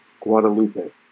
Guadalupe